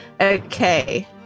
okay